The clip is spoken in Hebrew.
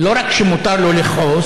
לא רק שמותר לו לכעוס,